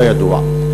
לא ידוע.